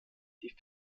die